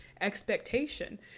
expectation